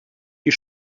die